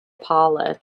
parlor